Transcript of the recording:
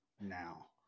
now